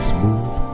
Smooth